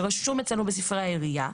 שרשום אצלנו בספרי העירייה.